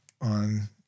on